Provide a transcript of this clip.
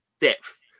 depth